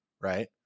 right